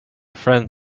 friend